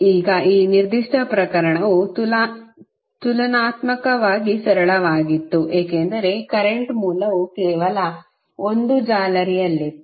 ಈಗ ಆ ನಿರ್ದಿಷ್ಟ ಪ್ರಕರಣವು ತುಲನಾತ್ಮಕವಾಗಿ ಸರಳವಾಗಿತ್ತು ಏಕೆಂದರೆ ಕರೆಂಟ್ ಮೂಲವು ಕೇವಲ ಒಂದು ಜಾಲರಿಯಲ್ಲಿತ್ತು